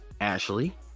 Ashley